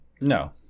No